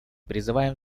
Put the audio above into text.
призываем